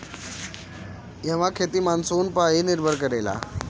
इहवा खेती मानसून पअ ही निर्भर करेला